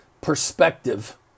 perspective